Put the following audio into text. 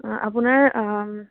অ' আপোনাৰ